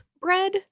bread